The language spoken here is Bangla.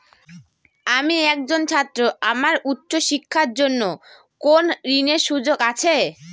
আমি একজন ছাত্র আমার উচ্চ শিক্ষার জন্য কোন ঋণের সুযোগ আছে?